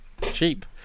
Cheap